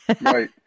Right